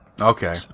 Okay